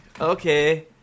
okay